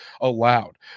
allowed